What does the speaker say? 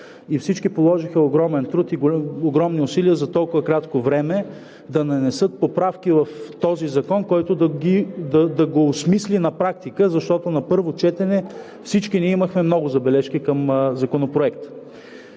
всички положиха огромен труд и огромни усилия за толкова кратко време да нанесат поправки в този закон, които да го осмислят на практика, защото на първо четене всички ние имахме много забележки към Законопроекта.